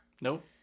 Nope